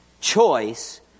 Choice